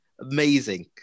amazing